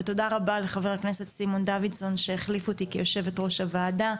ותודה רבה לחבר הכנסת סימון דוידסון שהחליף אותי כיו"ר הוועדה.